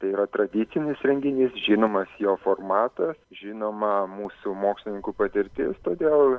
tai yra tradicinis renginys žinomas jo formatas žinoma mūsų mokslininkų patirtis todėl